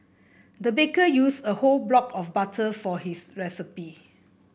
the baker used a whole block of butter for this recipe